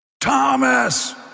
Thomas